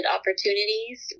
opportunities